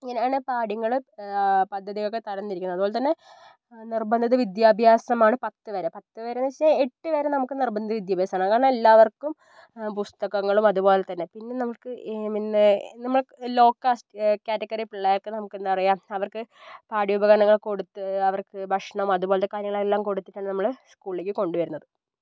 അങ്ങനെയാണ് പാഠ്യങ്ങൾ പദ്ധതി ഒക്കെ തരംതിരിക്കുന്നത് അതുപോലെ തന്നെ നിർബന്ധിത വിദ്യാഭ്യാസമാണ് പത്ത് വരെ പത്ത് വരേന്ന് വെച്ചാൽ എട്ട് വരെ നമുക്ക് നിർബന്ധിത വിദ്യാഭ്യാസമാണ് അത് കാരണം എല്ലാവർക്കും പുസ്തകങ്ങളും അതുപോലെ തന്നെ പിന്നെ നമുക്ക് പിന്നെ നമുക്ക് ലോ കാസ്റ്റ് കാറ്റഗറി പിള്ളേർക്ക് നമുക്ക് എന്താ പറയുക് അവർക്ക് പാഠ്യോപകരണങ്ങൾ കൊടുത്ത് അവർക്ക് ഭക്ഷണം അതു പോലെത്തെ കാര്യങ്ങളെല്ലാം കൊടുത്തിട്ടാണ് നമ്മള് സ്കൂളിലേക്ക് കൊണ്ടുവരുന്നത്